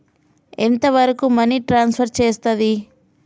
ఎంత వరకు money transfer చేయస్తది?